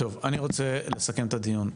טוב, אני רוצה לסכם את הדיון.